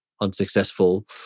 unsuccessful